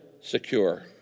secure